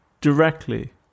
directly